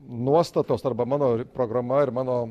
nuostatos arba mano programa ir mano